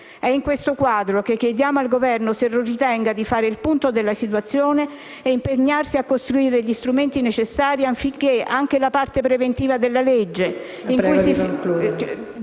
È in questo quadro che chiediamo al Governo se non ritenga di fare il punto della situazione e di impegnarsi a costruire gli strumenti necessari affinché anche la parte preventiva della legge,